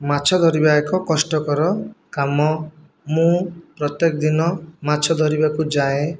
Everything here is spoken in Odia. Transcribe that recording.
ମାଛ ଧରିବା ଏକ କଷ୍ଟକର କାମ ମୁଁ ପ୍ରତ୍ୟେକ ଦିନ ମାଛ ଧରିବାକୁ ଯାଏ